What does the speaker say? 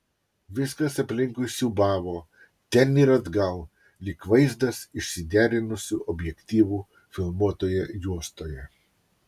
viskas aplinkui siūbavo ten ir atgal lyg vaizdas išsiderinusiu objektyvu filmuotoje juostoje